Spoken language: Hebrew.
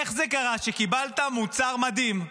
איך זה קרה שקיבלת מוצר מדהים,